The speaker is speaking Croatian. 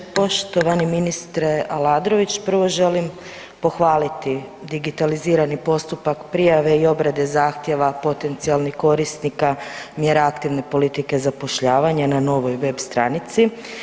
Poštovani ministre Aladrović, prvo želim pohvaliti digitalizirani postupak prijave i obrade zahtjeva potencijalnih korisnika mjera aktivne politike zapošljavanja na novoj web stranici.